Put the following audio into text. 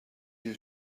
you